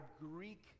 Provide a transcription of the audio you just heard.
greek